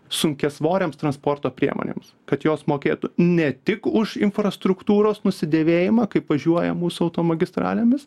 sunkiasvorėms transporto priemonėms kad jos mokėtų ne tik už infrastruktūros nusidėvėjimą kaip važiuoja mūsų automagistralėmis